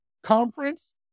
conference